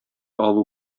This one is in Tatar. алу